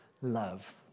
love